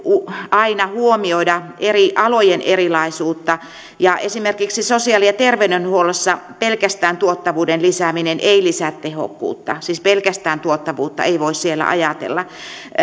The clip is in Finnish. aina huomioida eri alojen erilaisuutta ja esimerkiksi sosiaali ja terveydenhuollossa pelkästään tuottavuuden lisääminen ei lisää tehokkuutta siis pelkästään tuottavuutta ei voi siellä ajatella